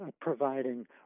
providing